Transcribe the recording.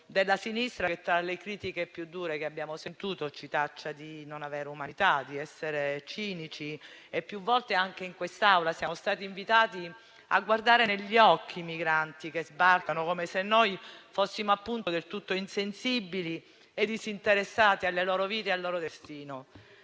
della sinistra che, tra le critiche più dure che abbiamo sentito, ci taccia di non avere umanità, di essere cinici. Più volte anche in quest'Aula siamo stati invitati a guardare negli occhi i migranti che sbarcano, come se fossimo del tutto insensibili e disinteressati alle loro vite e al loro destino.